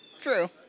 True